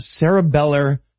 cerebellar